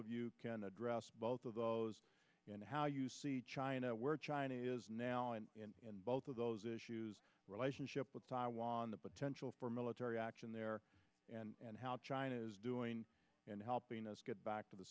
of you can address both of those and how you see china where china is now and both of those issues relationship with taiwan the potential for military action there and how china is doing and helping us get back to the